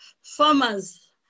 farmers